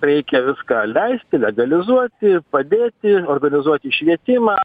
reikia viską leisti legalizuoti padėti organizuoti švietimą